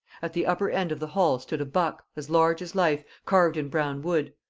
at the upper end of the hall stood a buck, as large as life, carved in brown wood,